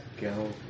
go